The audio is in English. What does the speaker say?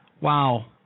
wow